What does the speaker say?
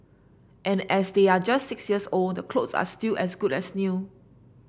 and as they're just six years old the clothes are still as good as new